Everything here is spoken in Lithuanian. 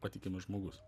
patikimas žmogus